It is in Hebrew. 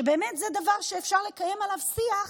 שבאמת זה דבר שאפשר לקיים עליו שיח,